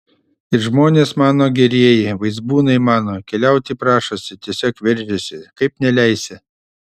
ir žmonės mano gerieji vaizbūnai mano keliauti prašosi tiesiog veržiasi kaip neleisi